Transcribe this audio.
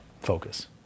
focus